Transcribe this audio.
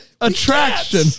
attraction